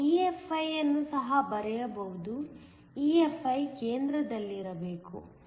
ನೀವು EFi ಅನ್ನು ಸಹ ಬರೆಯಬಹುದು EFi ಕೇಂದ್ರದಲ್ಲಿರಬೇಕು